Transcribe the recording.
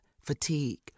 fatigue